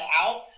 out